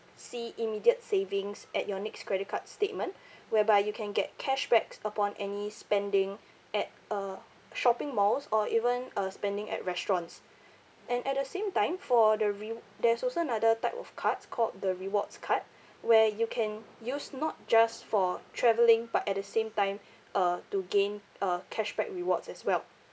see immediate savings at your next credit card statement whereby you can get cashbacks upon any spending at uh shopping malls or even uh spending at restaurants and at the same time for the rew~ there's also another type of cards called the rewards card where you can use not just for travelling but at the same time uh to gain uh cashback rewards as well